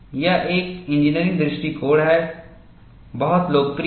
यह एक इंजीनियरिंग दृष्टिकोण है बहुत लोकप्रिय है